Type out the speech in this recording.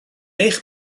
eich